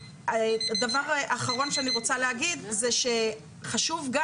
דבר אחרון שאני רוצה להגיד זה שחשוב גם